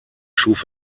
schuf